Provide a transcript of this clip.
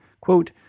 Quote